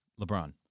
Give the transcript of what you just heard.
LeBron